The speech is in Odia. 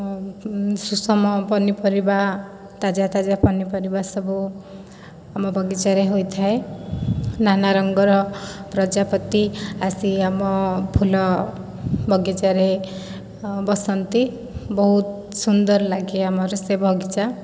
ସୁଷମ ପନିପରିବା ତାଜା ତାଜା ପନିପରିବା ସବୁ ଆମ ବଗିଚାରେ ହୋଇଥାଏ ନାନା ରଙ୍ଗର ପ୍ରଜାପତି ଆସି ଆମ ଫୁଲ ବଗିଚାରେ ବସନ୍ତି ବହୁତ ସୁନ୍ଦର ଲାଗେ ଆମର ସେ ବଗିଚା